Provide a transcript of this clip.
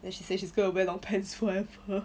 then she say she's gonna wear long pants forever